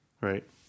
right